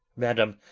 madam,